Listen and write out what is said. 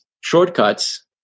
shortcuts